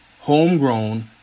homegrown